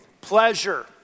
pleasure